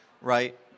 right